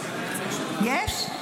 יש?